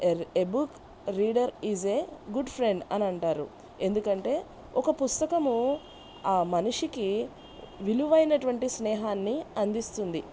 a a book reader is a good friend అనంటారు ఎందుకంటే ఒక పుస్తకము ఆ మనిషికి విలువైనటువంటి స్నేహాన్ని అందిస్తుంది